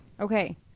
Okay